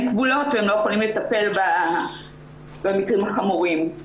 כבולות והם לא יכולים לטפל במקרים החמורים.